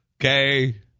Okay